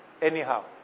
anyhow